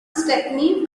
stephanie